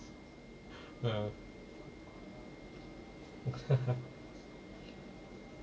ah